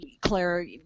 Claire